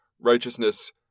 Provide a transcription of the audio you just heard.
righteousness